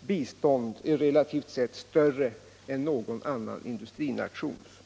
bistånd är relativt större än någon annan industrinations.